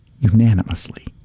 Unanimously